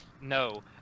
No